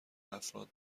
افراد